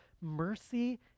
mercy